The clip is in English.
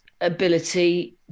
ability